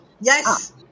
Yes